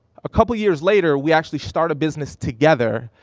a couple years later, we actually start a business together.